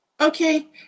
Okay